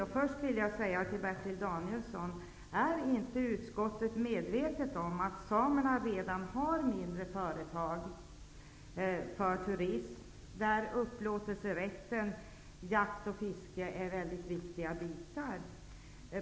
Är inte utskottet medvetet om, Bertil Danielsson, att det redan finns bland samerna mindre företag för turism där upplåtelserätt av jakt och fiske ingår som viktiga delar?